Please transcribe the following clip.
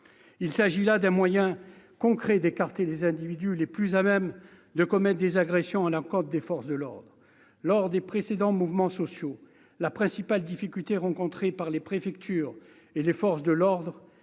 Il s'agit là d'un moyen concret d'écarter les individus les plus à même de commettre des agressions à l'encontre des forces de l'ordre. Lors des précédents mouvements sociaux, la principale difficulté rencontrée par les préfectures et les forces de l'ordre